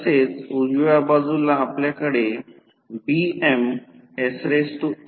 तर याचा अर्थ असा की V2 V 1 आहे